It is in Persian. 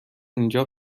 اینجا